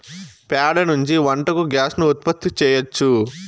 ప్యాడ నుంచి వంటకు గ్యాస్ ను ఉత్పత్తి చేయచ్చు